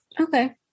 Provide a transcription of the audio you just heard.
okay